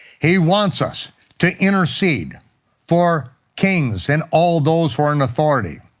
he wants us to intercede for kings, and all those who are in authority.